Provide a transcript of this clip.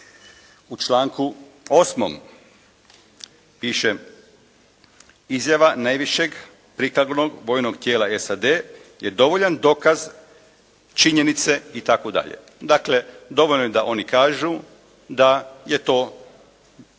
U članku 8. piše: Izjava najvišeg … /Ne razumije se./ … bojnog tijela SAD je dovoljan dokaz činjenice itd. Dakle dovoljno je da oni kažu da je to što